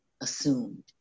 assumed